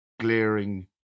glaring